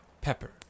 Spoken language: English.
pepper